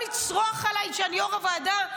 לצרוח עליי כשאני יו"ר הוועדה,